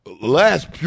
Last